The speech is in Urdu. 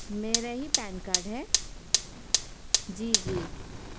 میرا ہی پین کارڈ ہے جی جی